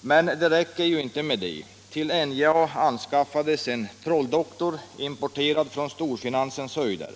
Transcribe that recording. Men det räcker inte med det. Till NJA anskaffades en ”trolldoktor”, importerad från storfinansens höjder.